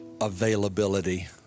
availability